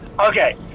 Okay